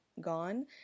gone